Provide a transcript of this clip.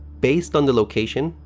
based on the location,